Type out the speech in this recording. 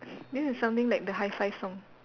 this is something like the hi five song